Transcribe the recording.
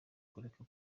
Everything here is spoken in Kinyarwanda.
kureka